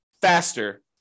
faster